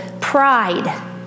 Pride